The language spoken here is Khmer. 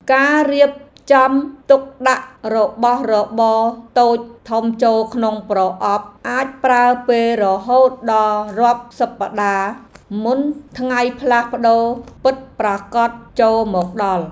ការរៀបចំទុកដាក់របស់របរតូចធំចូលក្នុងប្រអប់អាចប្រើពេលរហូតដល់រាប់សប្ដាហ៍មុនថ្ងៃផ្លាស់ប្ដូរពិតប្រាកដចូលមកដល់។